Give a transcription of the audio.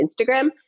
Instagram